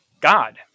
God